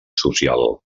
social